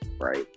right